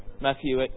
Matthew